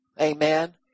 Amen